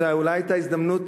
שזו אולי היתה ההזדמנות,